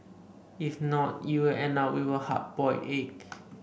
if not you will end up with a hard boiled egg